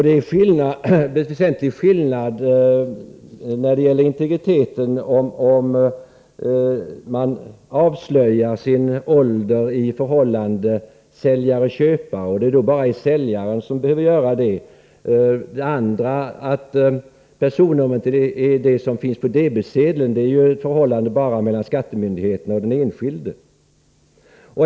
Det är en väsentlig skillnad när det gäller integriteten mellan det ena fallet, där man avslöjar sin ålder i ett förhållande säljare-köpare och det då bara är säljaren som behöver göra det, och det andra fallet, där personnummer finns på debetsedeln, som ju gäller ett förhållande bara mellan skattemyndigheten och den enskilde.